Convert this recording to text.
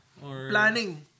Planning